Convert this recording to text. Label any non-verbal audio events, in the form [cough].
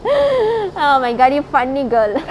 [breath] oh my god you funny girl